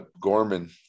Gorman